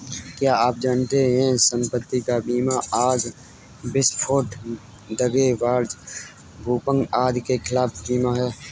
क्या आप जानते है संपत्ति का बीमा आग, विस्फोट, दंगे, बाढ़, भूकंप आदि के खिलाफ बीमा है?